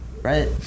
right